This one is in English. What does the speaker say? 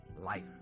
life